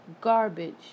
garbage